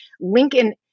Lincoln